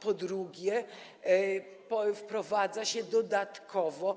Po drugie, wprowadza się dodatkowo